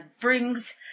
brings